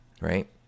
Right